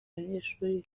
banyeshuri